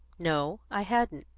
no, i hadn't,